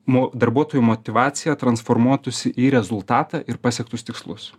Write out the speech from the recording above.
mo darbuotojų motyvacija transformuotųsi į rezultatą ir pasiektus tikslus